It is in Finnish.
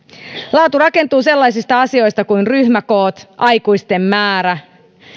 laatu rakentuu sellaisista asioista kuin ryhmäkoot aikuisten määrä